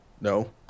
No